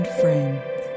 friends